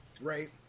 Right